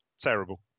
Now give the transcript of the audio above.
terrible